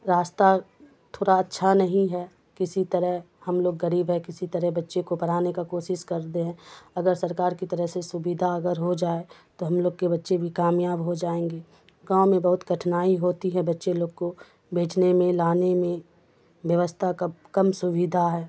راستہ تھوڑا اچھا نہیں ہے کسی طرح ہم لوگ غریب ہے کسی طرح بچے کو پڑھانے کا کوشش کر دے ہیں اگر سرکار کی طرح سے سویدھا اگر ہو جائے تو ہم لوگ کے بچے بھی کامیاب ہو جائیں گے گاؤں میں بہت کٹھنائی ہوتی ہے بچے لوگ کو بیچنے میں لانے میں ویوستھا کب کم سویدھا ہے